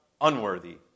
unworthy